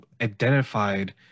identified